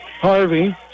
Harvey